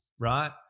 right